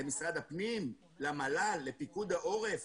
למשרד הפנים, למל"ל, לפיקוד העורף?